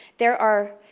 there are